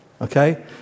okay